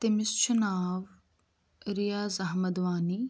تٔمِس چھُ ناو رِیاض احمد وانی